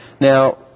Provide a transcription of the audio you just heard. Now